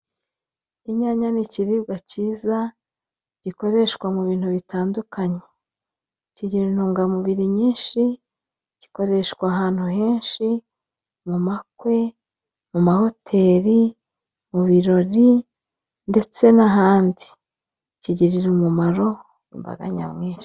Inyanya ni ikiribwa cyiza gikoreshwa mu bintu bitandukanye, kigira intungamubiri nyinshi, gikoreshwa ahantu henshi mu makwe, mu mahoteli, mu birori ndetse n'ahandi, kigirira umumaro imbaga nyamwinshi.